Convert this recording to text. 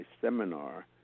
seminar